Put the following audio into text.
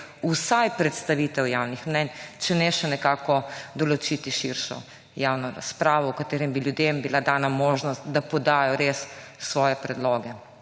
vsaj predstavitev javnih mnenj, če ne še nekako določiti širšo javno razpravo, v kateri bi ljudem bila dana možnost, da podajo res svoje predloge.